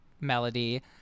melody